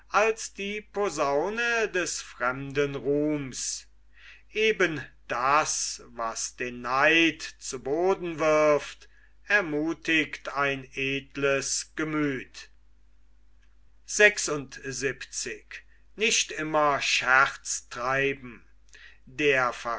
als die posaune des fremden ruhms eben das was den neid zu boden wirft ermuthigt ein edles gemüth der